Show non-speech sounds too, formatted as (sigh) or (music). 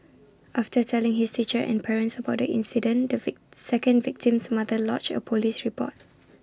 after telling his teacher and parents about the incident the (unintelligible) second victim's mother lodged A Police report (noise)